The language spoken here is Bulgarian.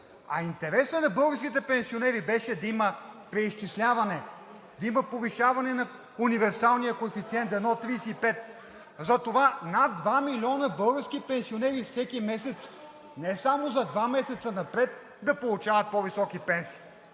А интересът на българските пенсионери беше да има преизчисляване, да има повишаване на универсалния коефициент 1,35, затова над 2 милиона български пенсионери всеки месец, не само за два месеца напред, да получават по-високи пенсии.